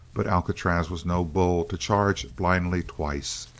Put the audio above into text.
but alcatraz was no bull to charge blindly twice.